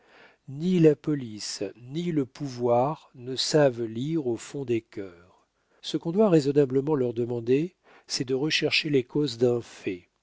ni la police ni le pouvoir ne savent lire au fond des cœurs ce qu'on doit raisonnablement leur demander c'est de rechercher les causes d'un